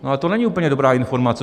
Ale to není úplně dobrá informace.